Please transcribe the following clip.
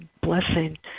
blessing